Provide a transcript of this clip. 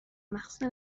مخصوصن